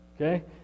Okay